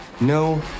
no